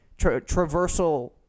traversal